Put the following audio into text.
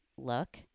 look